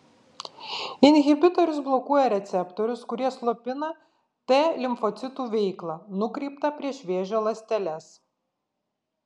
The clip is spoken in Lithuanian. inhibitorius blokuoja receptorius kurie slopina t limfocitų veiklą nukreiptą prieš vėžio ląsteles